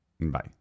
Bye